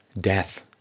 death